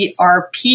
ERP